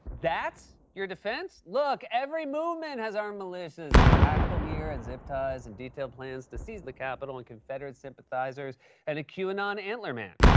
that's your defense? look, every movement has armed militias with tactical gear and zip ties and detailed plans to seize the capitol and confederate sympathizers and a q-anon antler man.